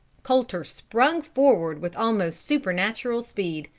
colter sprung forward with almost supernatural speed.